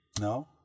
no